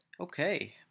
okay